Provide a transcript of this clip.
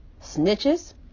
snitches